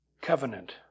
covenant